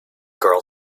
girl